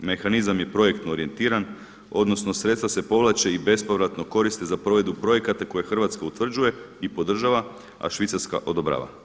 Mehanizam je projektno orijentiran, odnosno sredstva se povlače i bespovratno koriste za provedbu projekata koje Hrvatska utvrđuje i podržava, a Švicarska odobrava.